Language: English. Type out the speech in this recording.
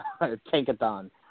tankathon